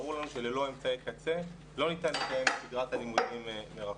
ברור לנו שללא אמצעי קצה לא ניתן לקיים את שגרת הלימודים מרחוק.